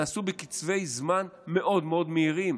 נעשו בקצבי זמן מאוד מאוד מהירים.